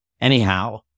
anyhow